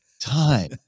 time